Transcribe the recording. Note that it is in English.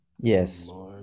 Yes